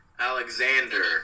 Alexander